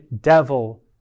devil